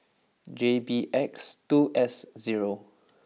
J B X two S zero